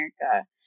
america